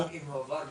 --- מועבר מד"א.